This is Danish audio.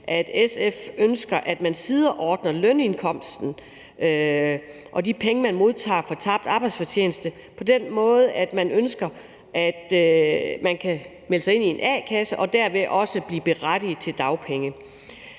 at SF ønsker, at man sideordner lønindkomsten og de penge, man modtager for tabt arbejdsfortjeneste, sådan at man kan melde sig ind i en a-kasse og derved også blive berettiget til dagpenge.